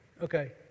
Okay